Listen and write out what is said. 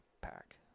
pack